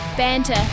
Banter